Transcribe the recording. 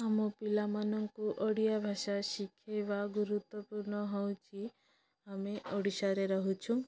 ଆମ ପିଲାମାନଙ୍କୁ ଓଡ଼ିଆ ଭାଷା ଶିଖେଇବା ଗୁରୁତ୍ୱପୂର୍ଣ୍ଣ ହେଉଛି ଆମେ ଓଡ଼ିଶାରେ ରହୁଛୁ